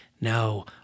No